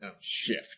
shift